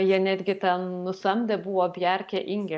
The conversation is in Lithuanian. jie netgi ten nusamdę buvo bjekę ingel